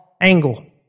angle